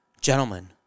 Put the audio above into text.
Gentlemen